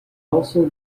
also